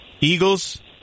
Eagles